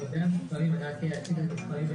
לגבי המספרים, אני רק אציג את המספרים: